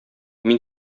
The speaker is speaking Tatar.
мин